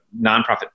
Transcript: nonprofit